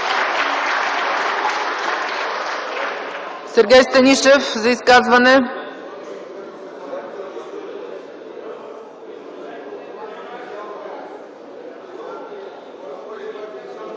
Сергей Станишев – за изказване.